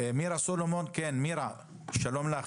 שלום לך.